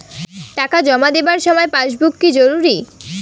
টাকা জমা দেবার সময় পাসবুক কি জরুরি?